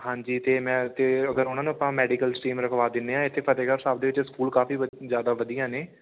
ਹਾਂਜੀ ਅਤੇ ਮੈਂ ਅਤੇ ਉੱਥੇ ਅਗਰ ਉਹਨਾਂ ਨੂੰ ਆਪਾਂ ਮੈਡੀਕਲ ਸਟਰੀਮ ਰੱਖਵਾਂ ਦਿੰਦੇ ਹਾਂ ਇੱਥੇ ਫਤਿਹਗੜ ਸਾਹਿਬ ਦੇ ਵਿੱਚ ਸਕੂਲ ਕਾਫੀ ਵ ਜ਼ਿਆਦਾ ਵਧੀਆ ਨੇ